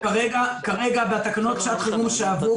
כרגע בתקנות שעת חירום שעברו,